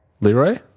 Leroy